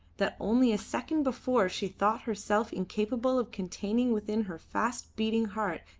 that only a second before she thought herself incapable of containing within her fast-beating heart,